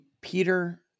Peter